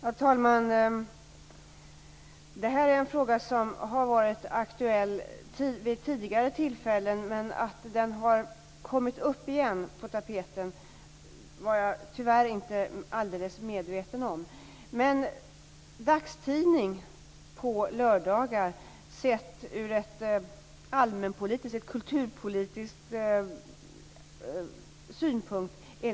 Herr talman! Det här är en fråga som varit aktuell vid tidigare tillfällen. Att den kommit på tapeten igen var jag tyvärr inte alldeles medveten om. Dagstidning på lördagar är naturligtvis viktigt sett ur kulturpolitisk synpunkt.